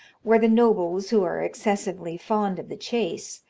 where the nobles, who are excessively fond of the chase,